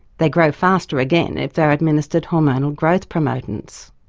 they grow faster again if they are administered hormonal growth promotants.